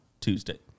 Tuesday